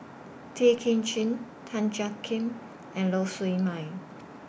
Tay Kay Chin Tan Jiak Kim and Lau Siew Mei